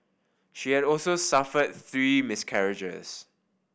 she had also suffered three miscarriages